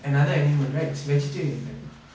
another animal right it's vegetarian right